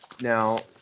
now